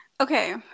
okay